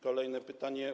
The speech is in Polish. Kolejne pytanie.